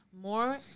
more